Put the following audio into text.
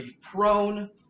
prone